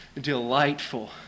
delightful